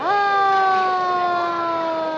oh